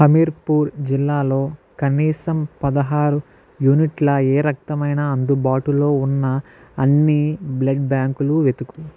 హమీర్పూర్ జిల్లాలో కనీసం పదహారు యూనిట్ల ఏ రక్తమైన అందుబాటులో ఉన్న అన్ని బ్లడ్ బ్యాంకులు వెతుకు